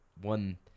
One